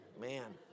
man